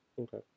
Okay